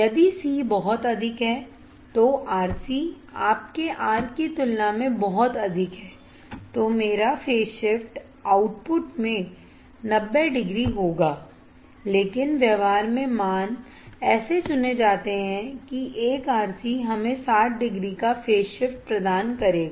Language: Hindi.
यदि c बहुत अधिक है तो RC आपके R की तुलना में बहुत अधिक है तो मेरा फेज शिफ्ट आउटपुट में 90 डिग्री होगा लेकिन व्यवहार में मान ऐसे चुने जाते हैं कि 1 RC हमें 60 डिग्री का फेज शिफ्ट प्रदान करेगा